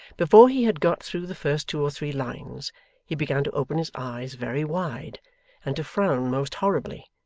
before he had got through the first two or three lines he began to open his eyes very wide and to frown most horribly,